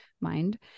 mind